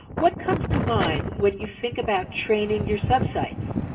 what comes to mind when you think about training your sub-sites?